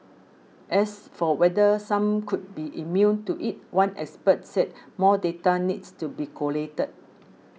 as for whether some could be immune to it one expert said more data needs to be collated